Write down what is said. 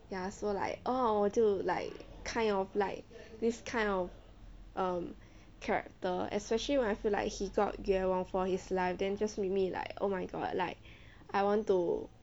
ya so like end up 我就 like kind of like this kind of character especially when I feel like he got for his life then just make me like oh my god like I want to